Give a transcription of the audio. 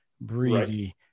breezy